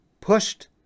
pushed